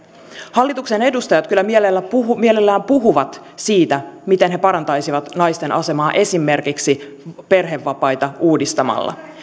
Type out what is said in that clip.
hallituksen edustajat kyllä mielellään puhuvat mielellään puhuvat siitä miten he parantaisivat naisten asemaa esimerkiksi perhevapaita uudistamalla